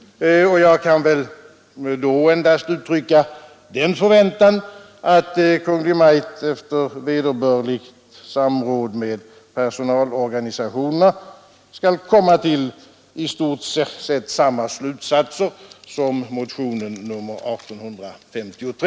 Jag kan då endast uttrycka den förväntan att Kungl. Maj:t efter vederbörligt samråd med personalorganisationerna skall komma till i stort sett samma slutsatser som motionen 1853.